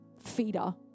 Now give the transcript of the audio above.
feeder